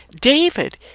David